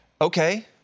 Okay